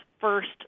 first